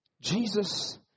Jesus